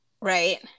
right